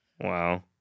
Wow